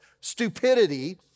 stupidity